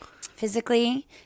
physically